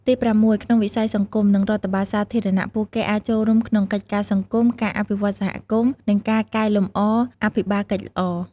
ទីប្រាំមួយ ក្នុងវិស័យសង្គម និងរដ្ឋបាលសាធារណៈ ពួកគេអាចចូលរួមក្នុងកិច្ចការសង្គម ការអភិវឌ្ឍន៍សហគមន៍ និងការកែលម្អអភិបាលកិច្ចល្អ។